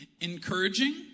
encouraging